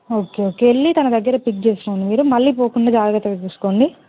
okay okay వెళ్ళి తన దగ్గర పిక్ చేసుకోండి మీరు మళ్ళీ పోకుండా జాగ్రత్తగా చూసుకోండి